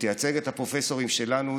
היא תייצג את הפרופסורים שלנו,